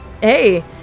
Hey